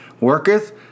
worketh